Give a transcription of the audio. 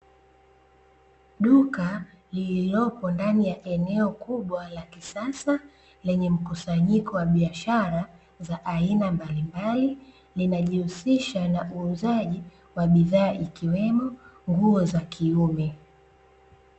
Duka lililopo ndani ya eneo kubwa la kisasa lenye mkusanyiko wa biashara za aina mbalimbali, linajihusisha na uuzaji wa bidhaa ikiwemo nguo za kiume.